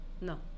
No